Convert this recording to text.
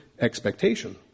expectation